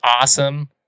awesome